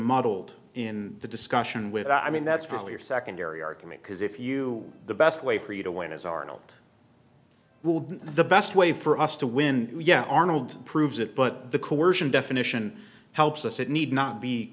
muddled in the discussion with i mean that's probably your secondary argument because if you the best way for you to win is arnold will the best way for us to win yeah arnold proves it but the coersion definition helps us it need not be